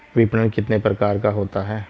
विपणन कितने प्रकार का होता है?